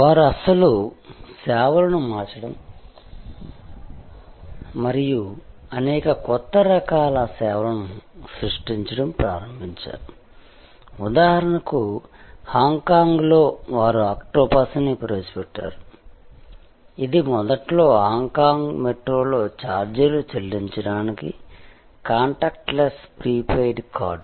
వారు అసలు సేవలను మార్చడం మరియు అనేక కొత్త రకాల సేవలను సృష్టించడం ప్రారంభించారు ఉదాహరణకు హాంకాంగ్లో వారు ఆక్టోపస్ని ప్రవేశపెట్టారు ఇది మొదట్లో హాంకాంగ్ మెట్రోలో ఛార్జీలు చెల్లించడానికి కాంటాక్ట్లెస్ ప్రీపెయిడ్ కార్డ్